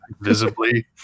visibly